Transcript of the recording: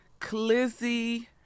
Clizzy